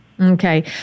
Okay